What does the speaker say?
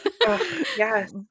Yes